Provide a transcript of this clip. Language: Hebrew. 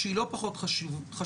שהיא לא פחות חשובה,